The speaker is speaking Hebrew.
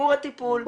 עבור הטיפול.